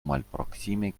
malproksime